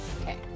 okay